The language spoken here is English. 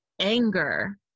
anger